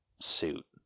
suit